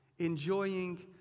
enjoying